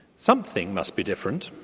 something must be different.